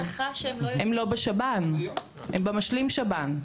הם לא בשב"ן, הם במשלים שב"ן.